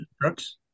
trucks